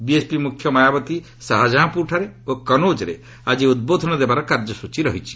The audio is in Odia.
ବିଏସ୍ପି ମୁଖ୍ୟ ମାୟାବତୀ ସାହାଜାହାଁପୁର ଓ କନୌଜରେ ଆଜି ଉଦ୍ବୋଧନ ଦେବାର କାର୍ଯ୍ୟସ୍ଟଚୀ ରହିଛି